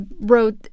wrote